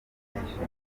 n’ibyishimo